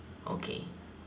okay